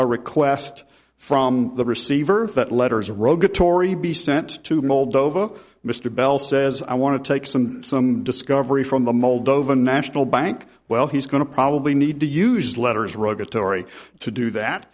a request from the receiver that letters rogue atory be sent to moldova mr bell says i want to take some some discovery from the moldova national bank well he's going to probably need to use letters rogue atory to do that